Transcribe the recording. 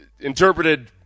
interpreted –